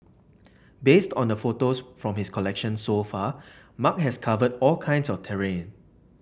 based on the photos from his collection so far Mark has covered all kinds of terrain